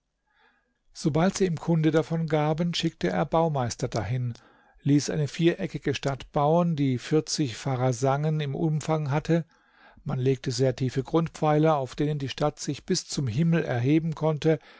sobald sie ihm kunde davon gaben schickte er baumeister dahin ließ eine viereckige stadt bauen die vierzig pharasangen im umfange hatte man legte sehr tiefe grundpfeiler auf denen die stadt sich bis zum himmel erheben konnte